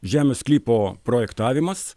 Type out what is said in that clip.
žemės sklypo projektavimas